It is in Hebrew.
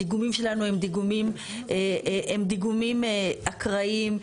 הדיגומים שלנו הם דיגומים, הם דיגומים אקראיים.